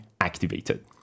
activated